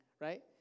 right